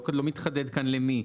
לא מתחדד כאן למי,